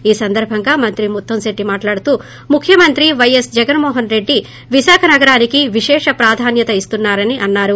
ఈ సందర్బంగా మంత్రి ముత్తంశెట్లి మాట్లాడుతూ ముఖ్యమంత్రి పైఎస్ జగన్మోహనరెడ్డి విశాఖ నగరానికి విశేష ప్రాధాన్యత ఇస్తున్నా రని అన్నారు